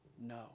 No